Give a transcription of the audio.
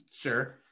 sure